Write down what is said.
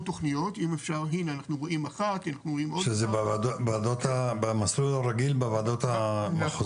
תוכניות --- שזה במסלול הרגיל בוועדות המחוזיות.